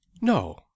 No